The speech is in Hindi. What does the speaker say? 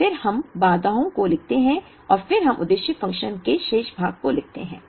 फिर हम बाधाओं को लिखते हैं और फिर हम उद्देश्य फ़ंक्शन के शेष भाग को लिखते हैं